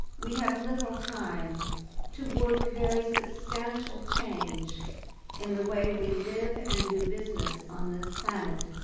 we have little time to work very substantial change in the way we live and do business on this planet